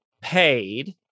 paid